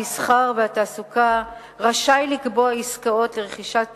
המסחר והתעסוקה רשאי לקבוע עסקאות לרכישת טובין,